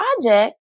project